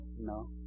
No